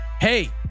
hey